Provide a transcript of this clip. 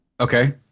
Okay